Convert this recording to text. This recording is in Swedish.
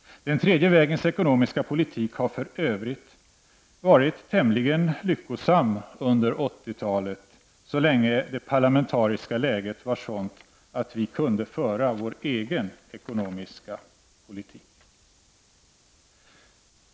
Den tredje vägens ekonomiska politik var för övrigt tämligen lyckosam så länge under 80-talet som det parlamentariska läget var sådant att vi kunde föra vår egen ekonomiska politik.